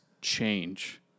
change